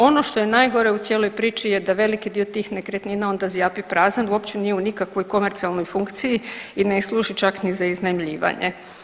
Ono što je najgore u cijeloj priči je da veliki dio tih nekretnina onda zjapi prazan, uopće nije u nikakvoj komercijalnoj funkciji i ne služi čak ni za iznajmljivanje.